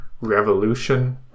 revolution